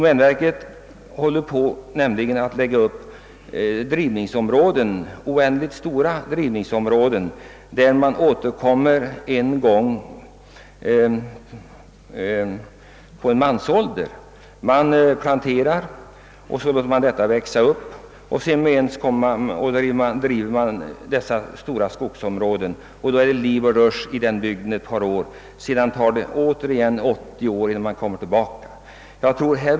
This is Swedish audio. Man lägger nämligen upp oerhört stora drivningsområden, där skogsdrivningarna bara återkommer en gång under en mansålder. Planteringarna får stå cirka 80 år och sedan gör man dessa skogsdrivningar inom stora områden. Då blir det arbetstillfällen i bygden något år och sedan en 80-årig stiltje innan det sker några nya drivningar.